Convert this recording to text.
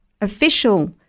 official